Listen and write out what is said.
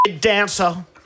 dancer